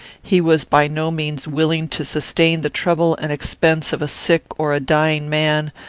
he was by no means willing to sustain the trouble and expense of a sick or a dying man,